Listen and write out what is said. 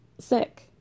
Sick